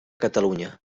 catalunya